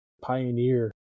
pioneer